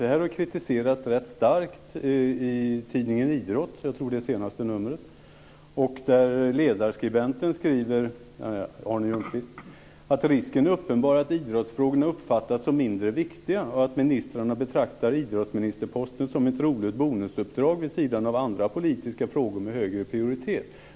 Det här har kritiserats rätt starkt i tidningen Idrott, jag tror att det var i det senaste numret, där ledarskribenten Arne Ljungqvist skriver att risken är uppenbar att idrottsfrågorna uppfattas som mindre viktiga och att ministrarna betraktar idrottsministerposten som ett roligt bonusuppdrag vid sidan av andra politiska frågor med högre prioritet.